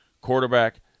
Quarterback